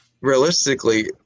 realistically